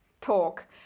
talk